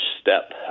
step